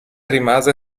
rimase